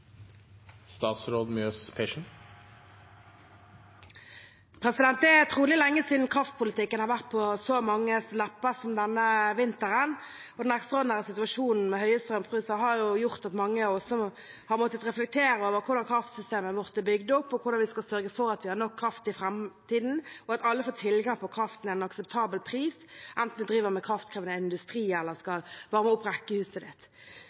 Det er trolig lenge siden kraftpolitikken har vært på så manges lepper som denne vinteren. Den ekstraordinære situasjonen med høye strømpriser har gjort at mange har måttet reflektere over hvordan kraftsystemet vårt er bygd opp, hvordan vi skal sørge for at vi har nok kraft i framtiden, og at alle får tilgang på kraft til en akseptabel pris, enten man driver med kraftkrevende industri eller skal varme opp rekkehuset sitt. Regjeringen er allerede i gang med